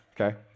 okay